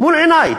מול עיני.